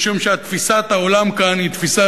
משום שתפיסת העולם כאן היא תפיסה,